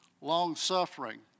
long-suffering